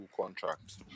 contract